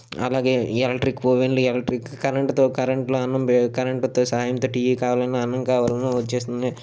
అలాగే ఎలక్ట్రిక్ ఓవెన్లు ఎలక్ట్రిక్ కరెంట్తో కరెంట్లో అన్నం కరెంట్తో సాయంతో టీయి కావాలన్నా అన్నం కావాలన్నా వచ్చేస్తుంది